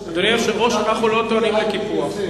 אדוני היושב-ראש, אנחנו לא טוענים לקיפוח.